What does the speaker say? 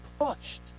pushed